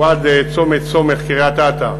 הוא עד צומת סומך קריית-אתא,